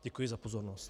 Děkuji za pozornost.